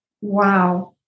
wow